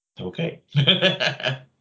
Okay